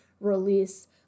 release